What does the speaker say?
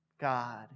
God